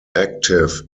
active